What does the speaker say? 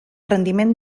rendiment